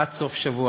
עד סוף שבוע